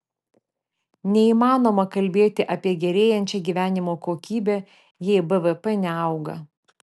neįmanoma kalbėti apie gerėjančią gyvenimo kokybę jei bvp neauga